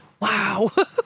Wow